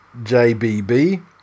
JBB